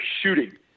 shooting